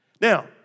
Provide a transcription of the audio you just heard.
Now